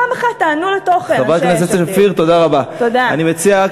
פעם אחת תענו לתוכן, אנשי יש עתיד.